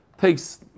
takes